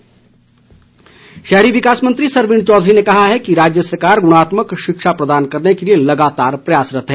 सरवीण चौधरी शहरी विकास मंत्री सरवीण चौधरी ने कहा है कि राज्य सरकार गुणात्मक शिक्षा प्रदान करने के लिए लगातार प्रयासरत्त है